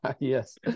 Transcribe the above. Yes